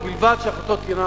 ובלבד שההחלטות תהיינה